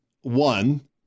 one